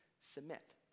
Submit